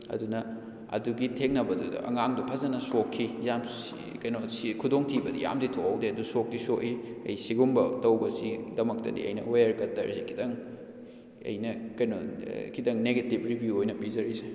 ꯑꯗꯨꯅ ꯑꯗꯨꯒꯤ ꯊꯦꯡꯅꯕꯗꯨꯗ ꯑꯉꯥꯡꯗꯨ ꯐꯖꯅ ꯁꯣꯛꯈꯤ ꯌꯥꯝ ꯀꯩꯅꯣ ꯈꯨꯗꯣꯡ ꯊꯤꯕꯗꯤ ꯌꯥꯝꯅꯗꯤ ꯊꯣꯛꯍꯧꯗꯦ ꯑꯗꯨ ꯁꯣꯛꯇꯤ ꯁꯣꯛꯏ ꯑꯩ ꯁꯤꯒꯨꯝꯕ ꯇꯧꯕꯁꯤ ꯗꯃꯛꯇꯗꯤ ꯑꯩꯅ ꯋꯦꯌꯔ ꯀꯇꯔꯁꯤ ꯈꯤꯇꯪ ꯑꯩꯅ ꯀꯩꯅꯣꯗ ꯈꯤꯇꯪ ꯅꯦꯒꯦꯇꯤꯕ ꯔꯤꯕꯤꯌꯨ ꯑꯣꯏꯅ ꯄꯤꯖꯔꯤꯁꯦ